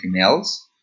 else